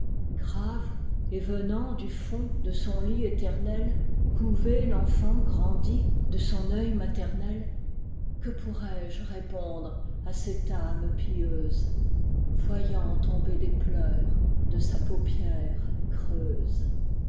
grave et venant du fond de son lit éternelcouver l'enfant grandi de son œil maternel que pourrais-je répondre à cette âme pieuse voyant tomber des pleurs de sa paupière creuse